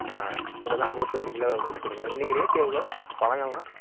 ஆ இதெல்லாம் போட்டு ஒரு கிலோ கொடுத்துருங்க இன்றைக்கு ரேட் எவ்வளோ பழங்கள்லாம்